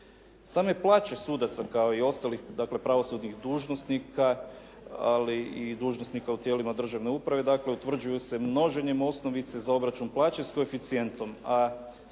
Same plaće sudaca kao i ostalih, dakle pravosudnih dužnosnika, ali i dužnosnika u tijelima državne uprave, dakle utvrđuju se množenjem osnovice za obračun plaće s koeficijentom,